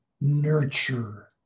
Nurture